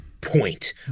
point